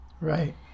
Right